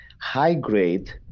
high-grade